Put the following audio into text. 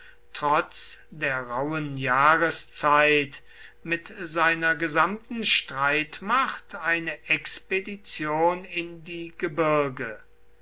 trotz der rauben jahreszeit mit seiner gesamten streitmacht eine expedition in die gebirge